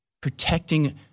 protecting